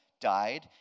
died